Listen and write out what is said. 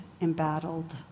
embattled